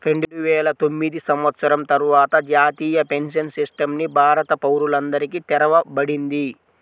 రెండువేల తొమ్మిది సంవత్సరం తర్వాత జాతీయ పెన్షన్ సిస్టమ్ ని భారత పౌరులందరికీ తెరవబడింది